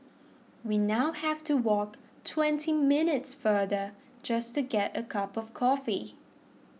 we now have to walk twenty minutes farther just to get a cup of coffee